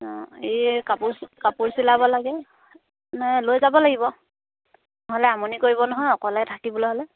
অঁ এই কাপোৰ কাপোৰ চিলাব লাগে নে লৈ যাব লাগিব নহ'লে আমনি কৰিব নহয় অকলে থাকিবলৈ হ'লে